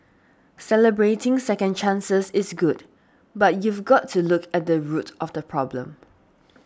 celebrating second chances is good but you've got to look at the root of the problem